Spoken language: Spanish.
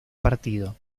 partido